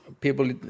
people